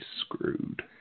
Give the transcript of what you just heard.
screwed